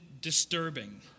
disturbing